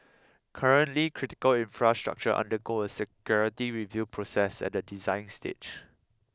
currently critical infrastructure undergo a security review process at the design stage